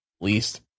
least